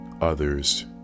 others